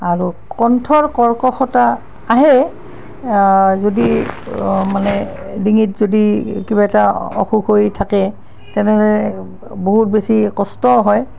আৰু কণ্ঠৰ কৰ্কশতা আহে যদি মানে ডিঙিত যদি কিবা এটা অসুখ হৈ থাকে তেনেহ'লে বহুত বেছি কষ্ট হয়